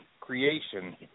creation